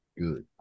Good